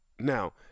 Now